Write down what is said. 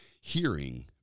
Hearing